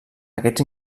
aquests